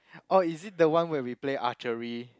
oh is it the one where we play archery